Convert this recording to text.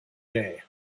day